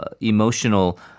emotional